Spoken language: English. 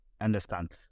understand